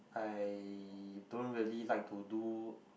I don't really like to do